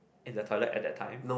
in the toilet at that time